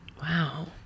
Wow